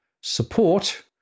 support